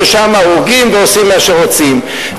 ששם הורגים ועושים מה שרוצים.